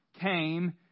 came